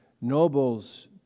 nobles